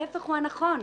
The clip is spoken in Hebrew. ההפך הוא הנכון.